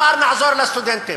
אמרו: נעזור לסטודנטים.